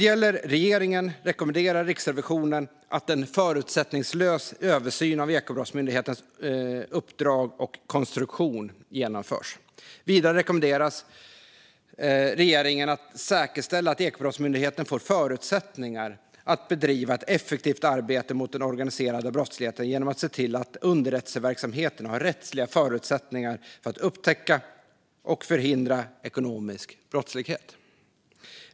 Till regeringen rekommenderar Riksrevisionen att en förutsättningslös översyn av Ekobrottsmyndighetens uppdrag och konstruktion genomförs. Vidare rekommenderas regeringen att säkerställa att Ekobrottsmyndigheten får förutsättningar att bedriva ett effektivt arbete mot den organiserade brottsligheten genom att se till att underrättelseverksamheten har rättsliga förutsättningar att upptäcka och förhindra ekonomisk brottslighet.